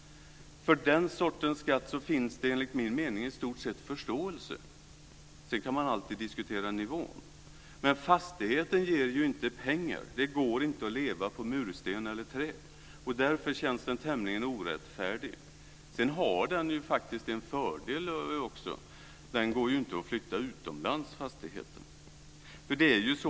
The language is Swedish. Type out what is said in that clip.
För den sortens skatt finns det enligt min mening i stort sett förståelse, men sedan kan man alltid diskutera nivån. Fastigheten ger ju inte pengar - det går inte att leva på mursten eller trä. Därför känns fastighetsskatten tämligen orättfärdig. Men det finns faktiskt också en fördel: Fastigheten kan inte flyttas utomlands.